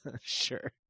Sure